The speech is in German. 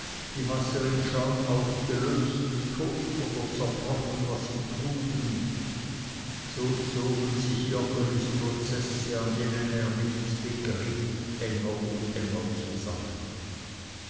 die wasser in schaum aufgelöst tot oder zerbrochen was sie trugen so zogen sich joggelis prozesse an denen er nichts begriff enger und enger zusammen